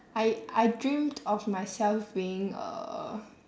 I I dreamed of myself being uh